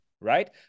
Right